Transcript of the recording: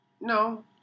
no